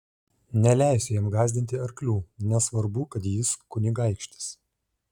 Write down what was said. neleisiu jam gąsdinti arklių nesvarbu kad jis kunigaikštis